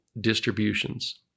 distributions